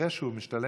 ותראה שהוא משתלם.